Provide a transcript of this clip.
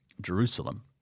Jerusalem